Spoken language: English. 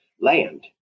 land